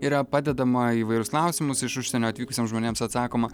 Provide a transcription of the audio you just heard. yra padedama į įvairius klausimus iš užsienio atvykusiems žmonėms atsakoma